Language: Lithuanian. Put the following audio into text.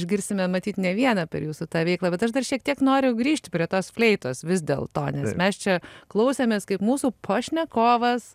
išgirsime matyt ne vieną per jūsų tą veiklą bet aš dar šiek tiek noriu grįžti prie tos fleitos vis dėlto mes čia klausėmės kaip mūsų pašnekovas